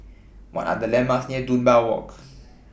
What Are The landmarks near Dunbar Walk